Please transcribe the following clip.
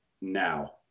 now